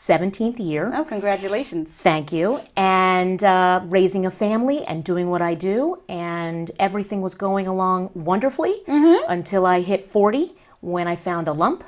seventeenth year of congratulation thank you and raising a family and doing what i do and everything was going along wonderfully until i hit forty when i found a lump